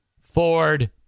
Ford